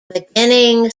beginning